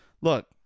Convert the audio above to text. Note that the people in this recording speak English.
Look